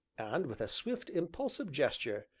and with a swift, impulsive gesture,